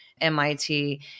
MIT